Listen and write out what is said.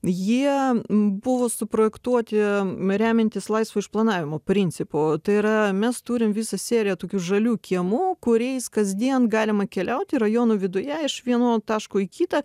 jie buvo suprojektuoti remiantis laisvo išplanavimo principu tai yra mes turim visą seriją tokių žalių kiemų kuriais kasdien galima keliauti rajonų viduje iš vieno taško į kitą